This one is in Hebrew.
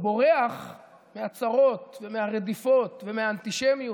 הוא בורח מהצרות, מהרדיפות ומהאנטישמיות.